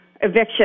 eviction